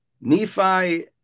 Nephi